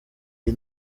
iyi